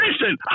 Listen